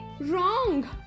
wrong